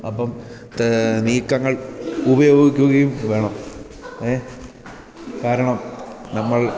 അപ്പം നീക്കങ്ങൾ ഉപയോഗിക്കുകയും വേണം ഏഹ് കാരണം നമ്മൾ